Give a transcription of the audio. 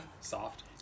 Soft